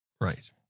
Right